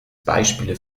beispiele